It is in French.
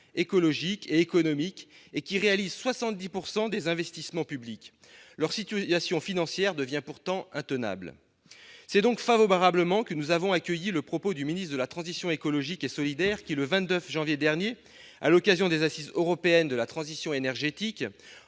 écologique et économique, et qui réalisent 70 % des investissements publics. Leur situation financière devient pourtant intenable. Nous avons donc favorablement accueilli le propos du ministre de la transition écologique et solidaire qui, le 22 janvier dernier, à l'occasion des Assises européennes de la transition énergétique,